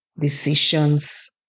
decisions